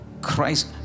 Christ